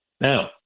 Now